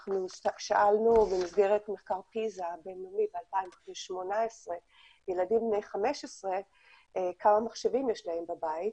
שאלנו במסגרת מחקר פיז"ה ב-2018 ילדים בני 15 כמה מחשבים יש להם בבית,